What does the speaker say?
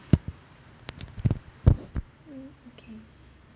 mm okay